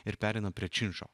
ir pereina prie činšo